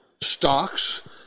stocks